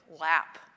lap